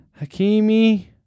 Hakimi